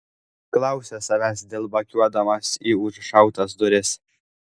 klausė savęs dilbakiuodamas į užšautas duris